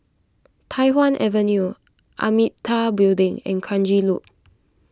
Tai Hwan Avenue Amitabha Building and Kranji Loop